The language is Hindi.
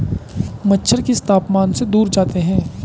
मच्छर किस तापमान से दूर जाते हैं?